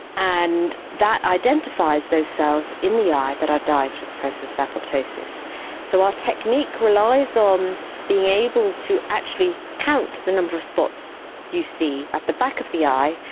and that identifies those cells in the eye that are dying through the process of apoptosis so our technique relies on being able to actually count the number of spots you see at the back of the eye.